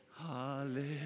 Hallelujah